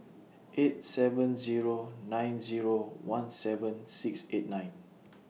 eight seven Zero nine Zero one seven six eight nine